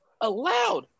allowed